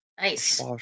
Nice